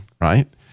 right